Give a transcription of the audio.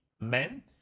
men